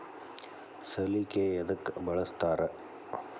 ಸಲಿಕೆ ಯದಕ್ ಬಳಸ್ತಾರ?